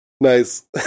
Nice